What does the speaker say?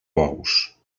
bous